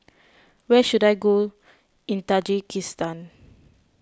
where should I go in Tajikistan